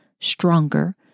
stronger